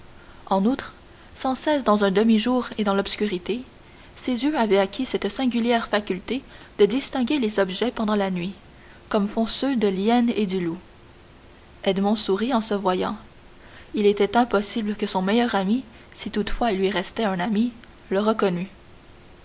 en outre sans cesse dans un demi-jour et dans l'obscurité ses yeux avaient acquis cette singulière faculté de distinguer les objets pendant la nuit comme font ceux de l'hyène et du loup edmond sourit en se voyant il était impossible que son meilleur ami si toutefois il lui restait un ami le reconnût